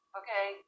okay